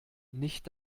nicht